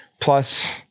plus